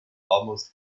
almost